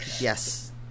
Yes